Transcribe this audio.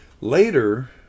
Later